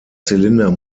zylinder